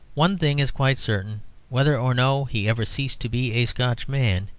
one thing is quite certain whether or no he ever ceased to be a scotch man,